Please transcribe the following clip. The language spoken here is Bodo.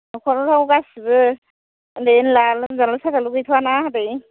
नखरफोराव गासैबो उन्दै उनला लोमजानाय साजानाय गैथ'वाना आदै